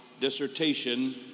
dissertation